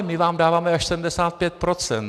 My vám dáváme až 75 %.